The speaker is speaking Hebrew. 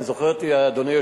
אני זוכר את אדוני,